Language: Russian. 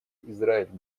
израиль